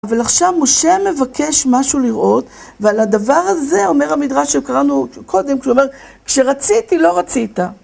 אבל עכשיו משה מבקש משהו לראות ועל הדבר הזה אומר המדרש שקראנו קודם, כשאומר, כשרציתי לא רצית.